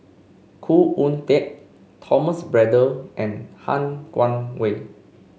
Khoo Oon Teik Thomas Braddell and Han Guangwei